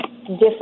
different